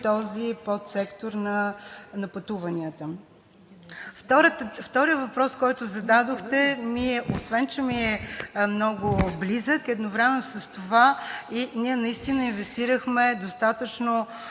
този подсектор на пътуванията. Вторият въпрос, който зададохте, освен че ми е много близък, едновременно с това ние инвестирахме достатъчно